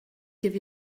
give